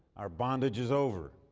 our bondage is over.